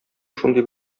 шундый